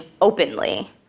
openly